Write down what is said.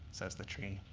says the tree.